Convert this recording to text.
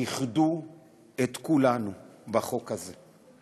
והם איחדו את כולנו בחוק הזה.